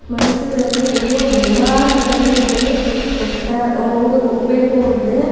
ಮೈಸೂರಲ್ಲಿ ಇನ್ನೂ ಹಲವಾರು ಕಡೆ ನಾವು ಹೋಗ್ತಾ ಹೋಗ್ಬೇಕು ಅಂದರೆ